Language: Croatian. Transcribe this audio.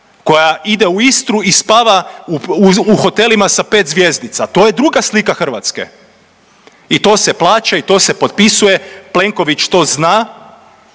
koja ide u Istru i spava u hotelima sa 5 zvjezdica. To je druga slika Hrvatske. I to se plaća i to se potpisuje, Plenković to zna,